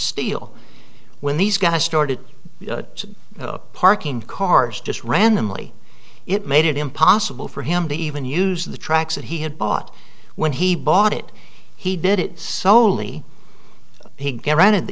steel when these guys started parking cars just randomly it made it impossible for him to even use the tracks that he had bought when he bought it he did it solely he guided the